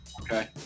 Okay